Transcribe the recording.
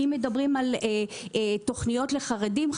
אם מדברים על תוכניות לחרדים,